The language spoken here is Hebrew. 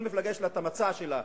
לכל מפלגה יש המצע שלה,